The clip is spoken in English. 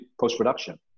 post-production